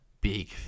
big